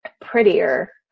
prettier